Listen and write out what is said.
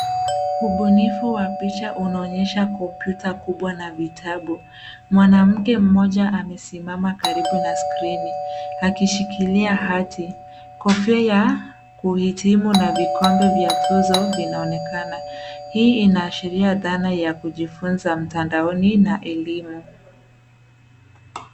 Ubunifu wa picha unaonyesha kompyuta kubwa na vitabu. Mwanamke mmoja amesimama karibu na skrini akishikilia hati. Kofia ya kuhitimu na vikombe vya tuzo vinaonekana. Hii inaashiria dhana ya kujifunza mtandaoni na elimu.